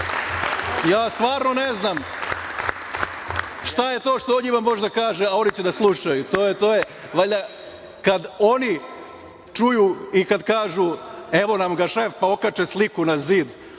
Ja stvarno ne znam šta je to što on njima može da kaže, a oni će da slušaju. To je valjda, kad oni čuju i kad kažu, evo nam ga šef, pa okače sliku na zid,